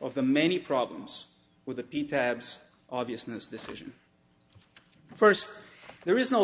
of the many problems with the people abs obviousness decision first there is no